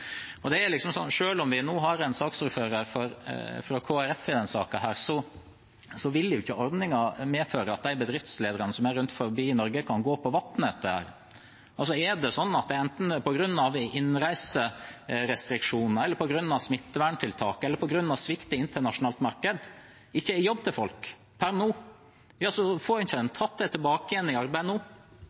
om vi nå har en saksordfører fra Kristelig Folkeparti i denne saken, vil jo ikke ordningen medføre at bedriftslederne rundt omkring i Norge vil kunne gå på vannet. Er det sånn – enten det er på grunn av innreiserestriksjoner, på grunn av smitteverntiltak eller på grunn av svikt i det internasjonale markedet – at det per nå ikke er jobb til folk, får en ikke tatt dem tilbake i arbeid nå.